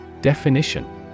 Definition